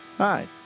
Hi